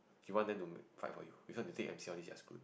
you want them to fight for you because they take M C all those you are screwed